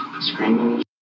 screaming